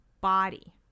body